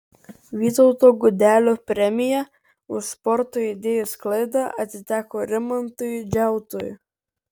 vytauto gudelio premija už sporto idėjų sklaidą atiteko rimantui džiautui